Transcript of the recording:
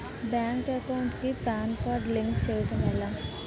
Bank account కి PAN card link చేయడం ఎలా?